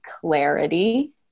clarity